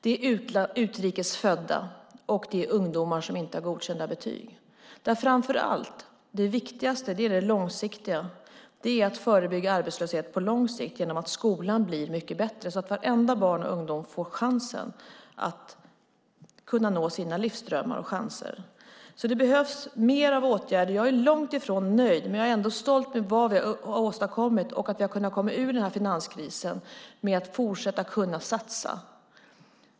Det handlar om de utrikesfödda, och det handlar om ungdomar som inte har godkända betyg. Det viktigaste är framför allt det långsiktiga. Det handlar om att förebygga arbetslöshet på lång sikt genom att skolan blir mycket bättre, så att alla barn och ungdomar får chansen att nå sina livsdrömmar. Det behövs mer av åtgärder. Jag är långt ifrån nöjd, men jag är ändå stolt över vad vi har åstadkommit och att vi har kunnat komma ur den här finanskrisen och att vi kan fortsätta att satsa.